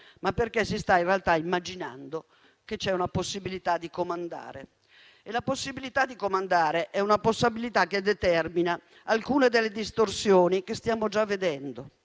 ma perché si sta in realtà immaginando che c'è una possibilità di comandare. La possibilità di comandare determina alcune delle distorsioni che stiamo già vedendo: